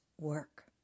work